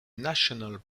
national